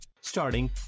Starting